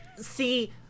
see